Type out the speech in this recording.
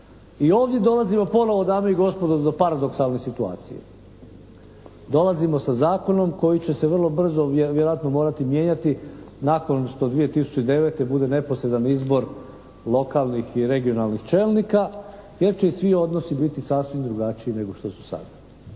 i ovdje dolazimo ponovo dame i gospodo do paradoksalne situacije. Dolazimo sa zakonom koji će se vrlo brzo vjerojatno morati mijenjati nakon što 2009. bude neposredan izbor lokalnih i regionalnih čelnika jer će i svi odnosi biti sasvim drugačiji nego što su sad.